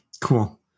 Cool